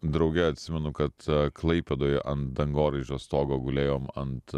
drauge atsimenu kad klaipėdoj an dangoraižio stogo gulėjom ant